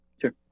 Sure